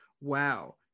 Wow